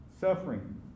suffering